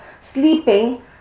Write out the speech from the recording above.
sleeping